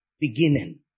beginning